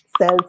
says